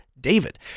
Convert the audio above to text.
David